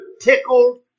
tickled